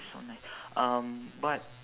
it's so nice um but